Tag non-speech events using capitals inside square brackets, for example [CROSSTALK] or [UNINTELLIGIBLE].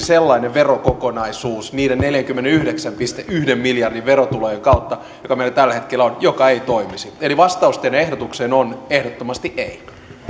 [UNINTELLIGIBLE] sellainen verokokonaisuus niiden neljänkymmenenyhdeksän pilkku yhden miljardin verotulojen kautta jotka meillä tällä hetkellä on joka ei toimisi eli vastaus teidän ehdotukseenne on ehdottomasti ei